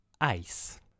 ice